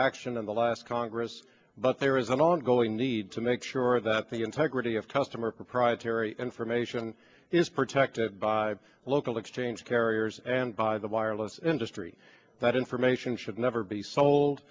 action in the last congress but there is an ongoing need to make sure that the integrity of customer proprietary information is protected by local exchange carriers and by the wireless industry that information should never be sold